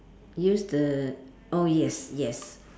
use the oh yes yes